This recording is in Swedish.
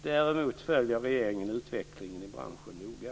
Däremot följer regeringen utvecklingen i branschen noga.